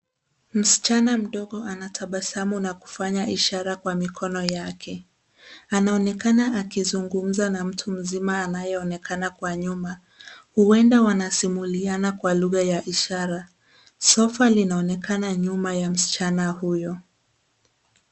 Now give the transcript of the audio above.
Msichana mdogo anatabasamu na kufanya ishara kwa mikono yake. Anaonekana akizungumza na mtu mzima anayeonekana kwa nyuma. Huenda wanasimuliana kwa lugha ya ishara. Sofa linaonekana nyuma ya msichana huyo.